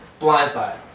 Blindside